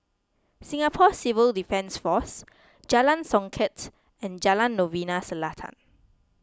Singapore Civil Defence force Jalan Songket and Jalan Novena Selatan